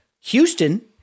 Houston